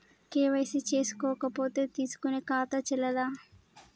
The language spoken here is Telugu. కే.వై.సీ చేసుకోకపోతే తీసుకునే ఖాతా చెల్లదా?